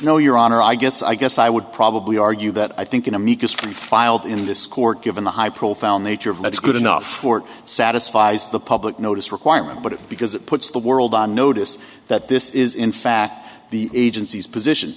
no your honor i guess i guess i would probably argue that i think an amicus brief filed in this court given the high profile nature of what's good enough court satisfies the public notice requirement but because it puts the world on notice that this is in fact the agency's position